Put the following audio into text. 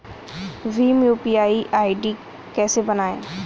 Bhim UPI ID कैसे बनाएं?